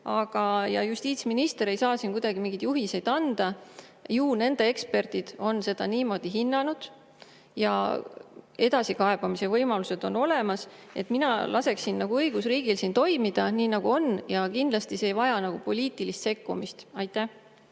Justiitsminister ei saa siin kuidagi mingeid juhiseid anda. Ju nende eksperdid on seda niimoodi hinnanud ja edasikaebamise võimalused on olemas. Mina laseksin õigusriigil siin toimida. Kindlasti see ei vaja poliitilist sekkumist. Aitäh!